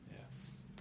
Yes